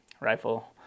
rifle